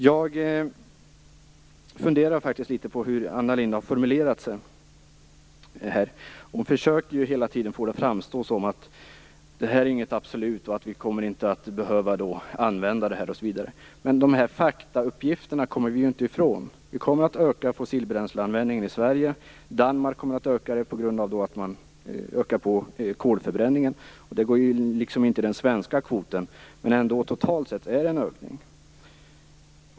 Jag funderar faktiskt litet på hur Anna Lindh har formulerat sig. Hon försöker hela tiden att få det att framstå som att det här inte är något absolut. Vi kommer inte att behöva använda det här osv. Men dessa faktauppgifter kommer vi inte ifrån. Vi kommer att öka fossilbränsleanvändningen i Sverige. Danmark kommer att öka den, eftersom man ökar kolförbränningen. Det ingår ju inte i den svenska kvoten, men totalt sett är det en ökning.